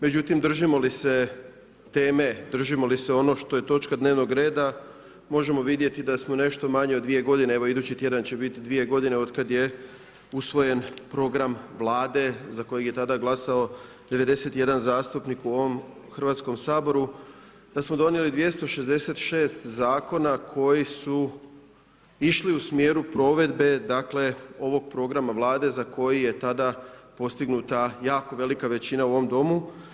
Međutim držimo li se teme, držimo li se onog što je točka dnevnog reda, možemo vidjeti da smo nešto manje od 2 godine, evo idući tjedan će biti 2 godine otkada je usvojen program Vlade za kojeg je tada glasao 91 zastupnik u ovom Hrvatskom saboru, da smo donijeli 266 zakona koji su išli u smjeru provedbe, dakle ovog programa Vlade za koji je tada postignuta jako velika većina u ovom Domu.